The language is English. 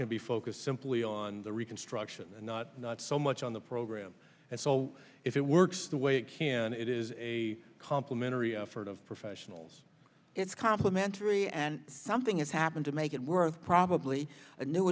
applicant be focused simply on the reconstruction and not not so much on the program and so if it works the way it can it is a complimentary effort of professionals it's complimentary and something has happened to make it worth probably a new